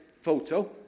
photo